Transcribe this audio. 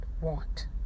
want